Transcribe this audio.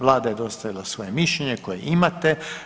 Vlada je dostavila svoje mišljenje koje imate.